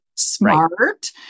smart